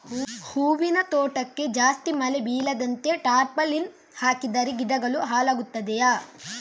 ಹೂವಿನ ತೋಟಕ್ಕೆ ಜಾಸ್ತಿ ಮಳೆ ಬೀಳದಂತೆ ಟಾರ್ಪಾಲಿನ್ ಹಾಕಿದರೆ ಗಿಡಗಳು ಹಾಳಾಗುತ್ತದೆಯಾ?